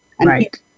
Right